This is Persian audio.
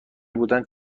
بودند